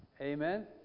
Amen